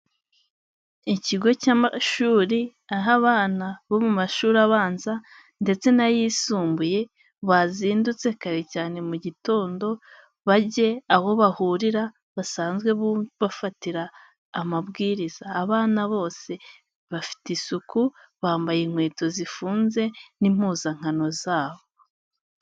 Ikigo cy'amashuri aha abana bo mu mashuri abanza ndetse n'ayisumbuye bazindutse kare cyane mu gitondo, bajye aho bahurira basanzwe bu bafatira amabwiriza, abana bose bafite isuku bambaye inkweto zifunze n'impuzankano zabo.